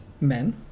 men